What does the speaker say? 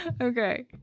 Okay